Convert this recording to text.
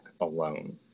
alone